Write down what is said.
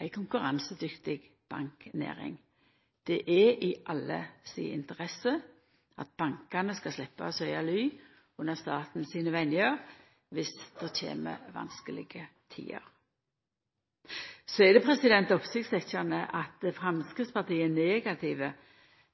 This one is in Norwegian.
ei konkurransedyktig banknæring. Det er i alle si interesse at bankane skal sleppa å søkja ly under staten sine venger viss det kjem vanskelege tider. Det er oppsiktsvekkjande at Framstegspartiet er negativ